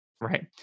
right